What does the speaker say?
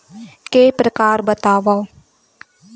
के प्रकार बतावव?